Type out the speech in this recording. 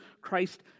Christ